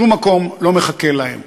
שום מקום לא מחכה להם.